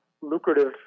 lucrative